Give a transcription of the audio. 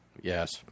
Yes